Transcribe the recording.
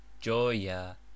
joya